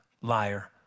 liar